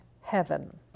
heaven